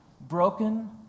broken